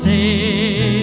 Say